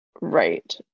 Right